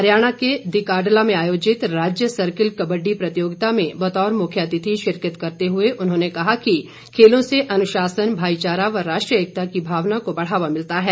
हरियाणा के दिकाडला में आयोजित राज्य सर्किल कबड़डी प्रतियोगिता में बतौर मुख्य अतिथि शिरकत करते हुए उन्होंने कहा कि खेलों से अनुशासन भाईचारा व राष्ट्रीय एकता की भावना को बढ़ावा मिलता है